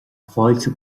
fáilte